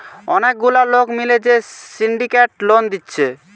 অনেক গুলা লোক মিলে যে সিন্ডিকেট লোন দিচ্ছে